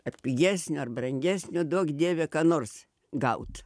ar pigesnio ar brangesnio duok dieve ką nors gaut